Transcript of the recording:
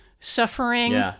suffering